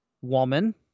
woman –